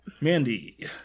Mandy